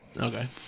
okay